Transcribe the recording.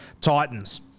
Titans